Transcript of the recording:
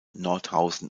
nordhausen